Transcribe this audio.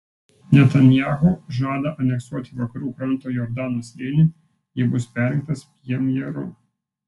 netanyahu žada aneksuoti vakarų kranto jordano slėnį jei bus perrinktas premjeru